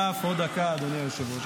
עוד דקה, אדוני היושב-ראש.